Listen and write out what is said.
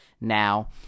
now